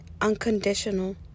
unconditional